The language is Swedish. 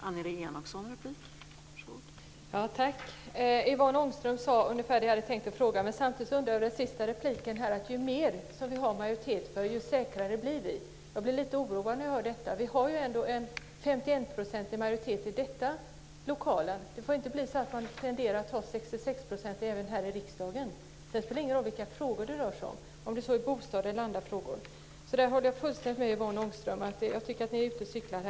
Fru talman! Yvonne Ångström sade ungefär det jag hade tänkt att fråga. Samtidigt har jag en undran över den sista repliken; ju mer vi har majoritet för ju säkrare blir vi. Jag blir lite oroad när jag hör detta. Vi har ändå en 51-procentig majoritet i denna lokal. Det får inte tendera att bli fråga om 66 % även här i riksdagen. Det spelar ingen roll vilka frågor det rör sig om - bostäder eller andra frågor. Jag håller fullständigt med Yvonne Ångström att ni är ute och cyklar.